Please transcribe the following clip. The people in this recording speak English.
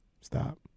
stop